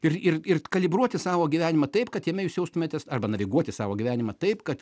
ir ir ir kalibruoti savo gyvenimą taip kad jame jūs jaustumėtės arba naviguoti savo gyvenimą taip kad